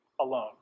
alone